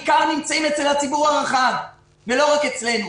בעיקר אצל הציבור הרחב ולא רק אצלנו.